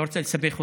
לא רוצה לסבך אותך,